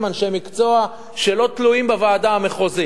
אנשי מקצוע שלא תלויים בוועדה המחוזית.